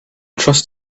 trust